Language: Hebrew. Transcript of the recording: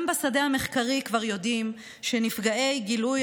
גם בשדה המחקר כבר יודעים שנפגעי גילוי